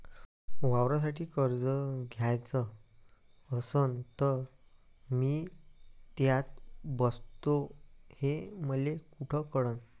वावरासाठी कर्ज घ्याचं असन तर मी त्यात बसतो हे मले कुठ कळन?